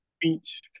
beach